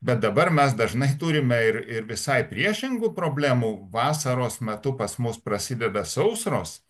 bet dabar mes dažnai turime ir ir visai priešingų problemų vasaros metu pas mus prasideda sausros